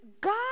God